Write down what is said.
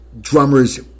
drummers